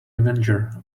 avenger